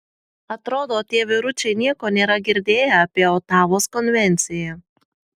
atrodo tie vyručiai nieko nėra girdėję apie otavos konvenciją